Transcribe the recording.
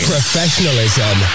Professionalism